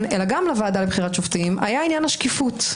אלא גם לוועדה לבחירת שופטים היה עניין השקיפות,